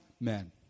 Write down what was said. men